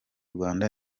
rwanda